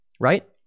right